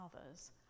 others